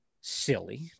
silly